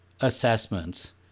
assessments